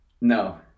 No